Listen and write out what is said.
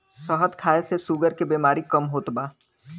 शहद खाए से शुगर के बेमारी कम होत बा